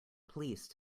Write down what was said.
police